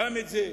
גם אז,